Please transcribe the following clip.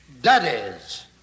daddies